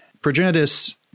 progenitus